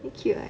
very cute right